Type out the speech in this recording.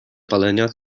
palenia